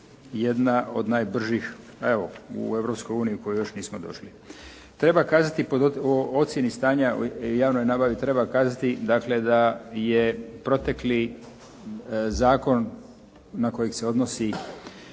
Europskoj uniji u koju još nismo došli. Treba kazati po ocjeni stanja o javnoj nabavi treba kazati da je protekli zakon na kojeg se odnosi